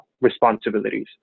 responsibilities